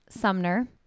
Sumner